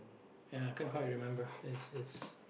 ya I can't quite remember it's it's